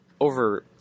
over